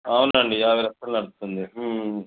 అవునండి యాభై లక్షలు నడుస్తుంది